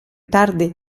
tardi